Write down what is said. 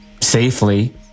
safely